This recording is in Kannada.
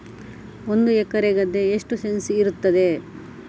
ಒಂದು ಎಕರೆ ಗದ್ದೆ ಎಷ್ಟು ಸೆಂಟ್ಸ್ ಇರುತ್ತದೆ?